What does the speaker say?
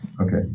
Okay